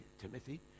Timothy